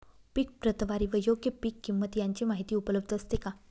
पीक प्रतवारी व योग्य पीक किंमत यांची माहिती उपलब्ध असते का?